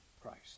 Christ